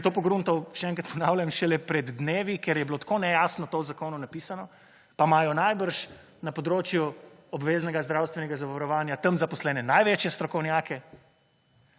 ki je to pogruntal, še enkrat ponavljam, šele pred dnevi, ker je bilo tako nejasno to v zakonu napisano, pa imajo najbrž na področju obveznega zdravstvenega zavarovanje tam zaposlene največje strokovnjake,